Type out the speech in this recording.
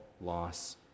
loss